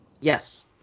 yes